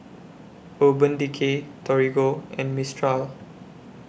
Urban Decay Torigo and Mistral